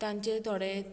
तांचेर थोडे